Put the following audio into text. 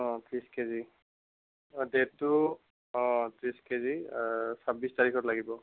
অঁ ত্ৰিছ কেজি অঁ ডেটটো অঁ ত্ৰিছ কেজি ছাব্বিছ তাৰিখত লাগিব